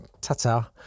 Tata